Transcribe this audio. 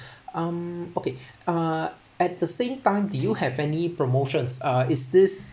um okay uh at the same time do you have any promotions uh is this